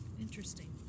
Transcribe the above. interesting